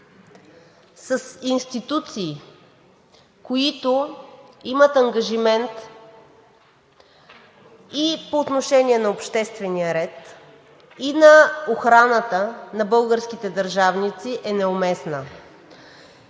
с институции, които имат ангажимент и по отношение на обществения ред, и на охраната на българските държавници, е неуместна.